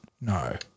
No